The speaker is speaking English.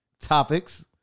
topics